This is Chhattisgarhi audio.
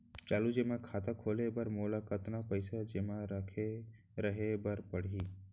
चालू जेमा खाता खोले बर मोला कतना पइसा जेमा रखे रहे बर पड़ही?